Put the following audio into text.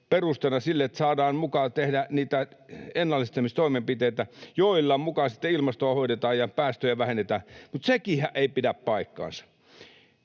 perusteena sille, että saadaan tehdä niitä ennallistamistoimenpiteitä, joilla muka sitten ilmastoa hoidetaan ja päästöjä vähennetään, mutta sekäänhän ei pidä paikkaansa.